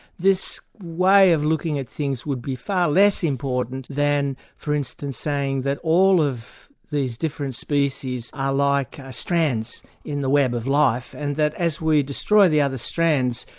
this way of looking at things would be far less important than for instance saying that all of these different species are like strands in the web of life and that as we destroy the other strands,